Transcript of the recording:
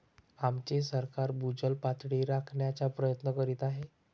आमचे सरकार भूजल पातळी राखण्याचा प्रयत्न करीत आहे